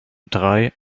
drei